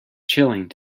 chilling